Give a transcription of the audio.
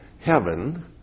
Heaven